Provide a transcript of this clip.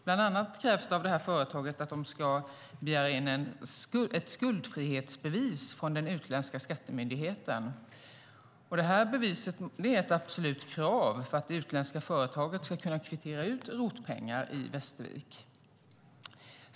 Bland annat krävs det av företaget att de ska begära in ett skuldfrihetsbevis från den utländska skattemyndigheten. Beviset är ett absolut krav för att det utländska företaget ska kunna kvittera ut ROT-pengar i Västervik.